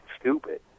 stupid